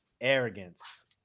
Arrogance